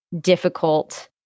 difficult